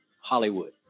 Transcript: Hollywood